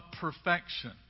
perfection